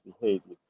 behavior